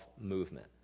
movement